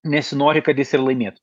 nesinori kad jis ir laimėtų